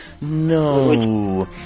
No